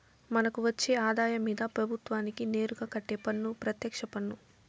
మనకు వచ్చే ఆదాయం మీద ప్రభుత్వానికి నేరుగా కట్టే పన్ను పెత్యక్ష పన్ను